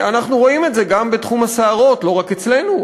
אנחנו רואים את זה גם בתחום הסערות, לא רק אצלנו.